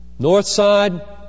Northside